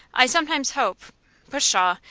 i sometimes hope pshaw!